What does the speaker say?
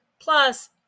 plus